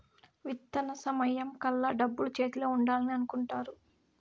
విత్తన సమయం కల్లా డబ్బులు చేతిలో ఉండాలని అనుకుంటారు